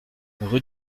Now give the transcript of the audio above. rue